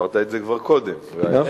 אמרת את זה כבר קודם ושתקנו.